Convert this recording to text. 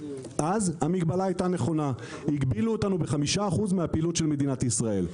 אז המגבלה הייתה נכונה הגבילו אותנו ב-5% מהפעילות של מדינת ישראל.